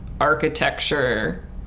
architecture